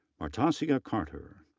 martasia carter,